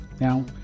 Now